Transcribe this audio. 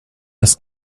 das